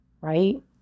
Right